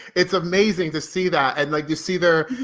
it's amazing to see that. and like you see there,